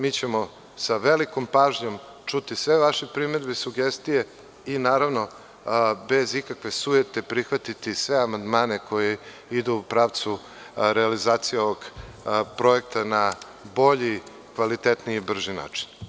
Mi ćemo sa velikom pažnjom čuti sve vaše primedbe i sugestije i naravno, bez ikakve sujete prihvatiti sve amandmane koji idu u pravcu realizacije ovog projekta na bolji, kvalitetniji i brži način.